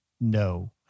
No